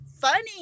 funny